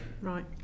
Right